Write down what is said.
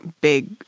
big